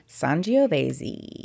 sangiovese